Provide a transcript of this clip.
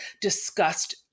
discussed